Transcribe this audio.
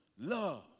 love